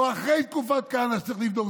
או אחרי תקופת כהנא, שצריך לבדוק?